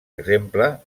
exemple